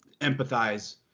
empathize